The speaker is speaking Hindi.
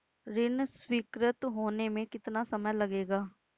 ऋण स्वीकृत होने में कितना समय लगेगा?